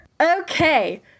Okay